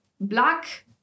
black